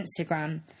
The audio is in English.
Instagram